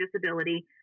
disability